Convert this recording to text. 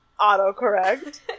autocorrect